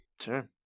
Sure